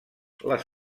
les